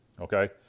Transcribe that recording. okay